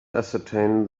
ascertain